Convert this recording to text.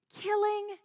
killing